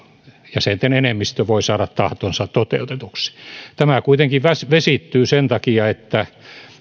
jäsenten enemmistö voi saada tahtonsa toteutetuksi tämä kuitenkin vesittyy sen takia että